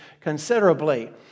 considerably